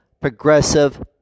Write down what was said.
progressive